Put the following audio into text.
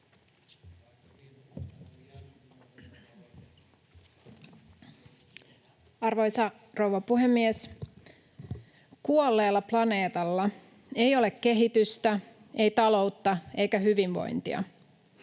Arvoisa rouva puhemies! Kuolleella planeetalla ei ole kehitystä, ei taloutta eikä hyvinvointia.